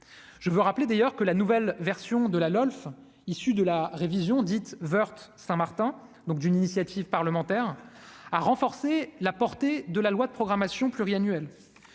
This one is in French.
je veux rappeler d'ailleurs que la nouvelle version de la LOLF issu de la révision dite Woerth Saint-Martin Martin donc d'une initiative parlementaire a renforcer la portée de la loi de programmation pluriannuelle